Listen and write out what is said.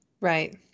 Right